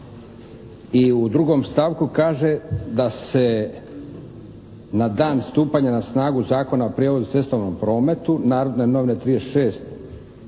I u 2. stavku kaže da se na dan stupanja na snagu Zakona o prijevozu u cestovnom prometu, "Narodne novine",